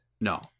No